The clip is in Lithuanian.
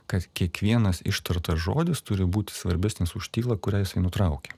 kad kiekvienas ištartas žodis turi būti svarbesnis už tylą kurią jisai nutraukia